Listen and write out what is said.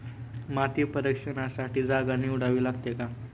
माती परीक्षणासाठी जागा निवडावी लागते का?